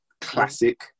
classic